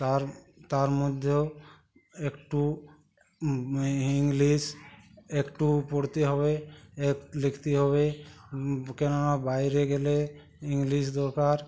তার তার মধ্যেও একটু এই ইংলিশ একটু পড়তে হবে এক লিখতে হবে কেননা বাইরে গেলে ইংলিশ দরকার